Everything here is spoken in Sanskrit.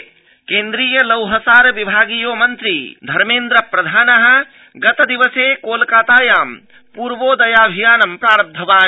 लौहसारः प्रधानः केन्द्रीय लौहसार विभागीयो मन्त्री धर्मेन्द्र प्रधानः गतदिवसे कोलकातायां पूर्वोदयाऽभियानं प्राब्धवान्